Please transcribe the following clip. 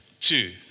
two